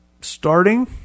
starting